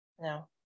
no